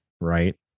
right